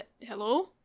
hello